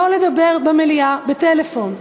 שלא לדבר במליאה בטלפון.